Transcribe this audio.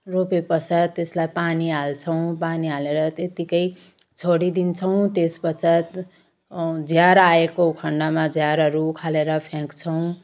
रोपेपश्चात त्यसलाई पानी हाल्छौँ पानी हालेर त्यत्तिकै छोडिदिन्छौँ त्यसपश्चात झार आएको खन्डमा झारहरू उखालेर फ्याँक्छौँ